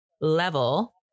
level